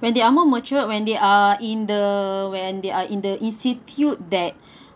when they are more matured when they are in the when they are in the institute that